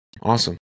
Awesome